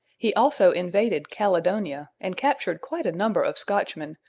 he also invaded caledonia and captured quite a number of scotchmen,